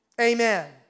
Amen